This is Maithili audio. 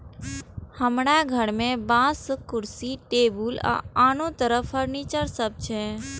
हमरा घर मे बांसक कुर्सी, टेबुल आ आनो तरह फर्नीचर सब छै